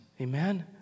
Amen